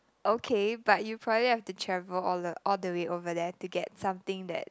okay but you probably have to travel all the all the way over there to get something that